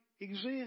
exist